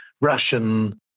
Russian